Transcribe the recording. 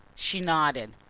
she nodded.